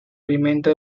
alimenta